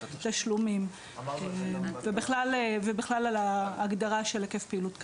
תשלומים ובכלל על ההגדרה של היקף פעילות קטן.